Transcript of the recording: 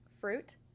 fruit